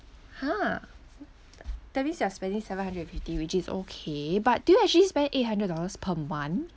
!huh! that means you're spending seven hundred and fifty which is okay but do you actually spend eight hundred dollars per month